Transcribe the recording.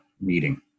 meeting